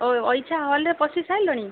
ହଉ ହଲ୍ରେ ପଶି ସାରିଲଣି